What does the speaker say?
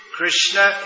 Krishna